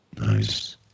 nice